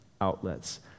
outlets